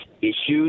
issues